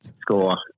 Score